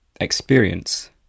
experience